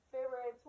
February